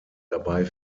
dabei